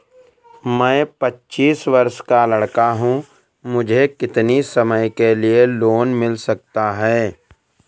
मैं पच्चीस वर्ष का लड़का हूँ मुझे कितनी समय के लिए लोन मिल सकता है?